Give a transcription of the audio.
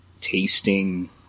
tasting